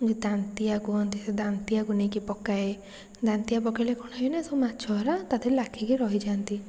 ଯେ ଦାନ୍ତିଆ କୁହନ୍ତି ସେ ଦାନ୍ତିଆକୁ ନେଇକି ପକାଏ ଦାନ୍ତିଆ ପକେଇଲେ କ'ଣ ହୁଏ ନାଁ ସବୁ ମାଛ ଗୁଡ଼ା ତା' ଦେହରେ ଲାଖିକି ରହିଯାଆନ୍ତି